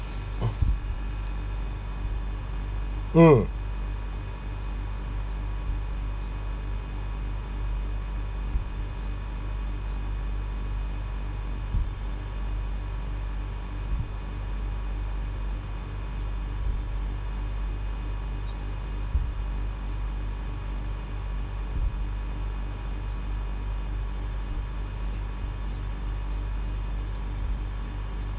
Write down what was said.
mm